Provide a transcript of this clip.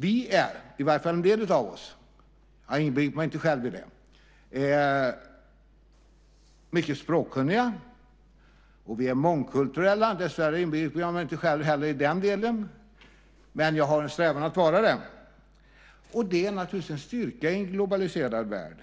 Vi är, i alla fall en del av oss - jag inbegriper inte mig själv - mycket språkkunniga. Och vi är mångkulturella - dessvärre inbegriper jag inte mig själv heller i den delen, men jag har en strävan att vara det - och det är naturligtvis en styrka i en globaliserad värld.